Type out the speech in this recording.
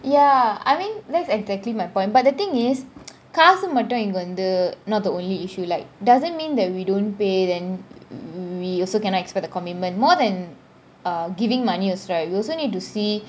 ya I mean that's exactly my point but the thing is காசு மட்டும் இங்க வந்து :kaasu matum inga vanthu not the only issue like doesn't mean that we don't pay then we also cannot expect the commitment more than uh giving money also right we also need to see